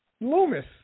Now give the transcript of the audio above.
Loomis